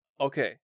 Okay